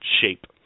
shape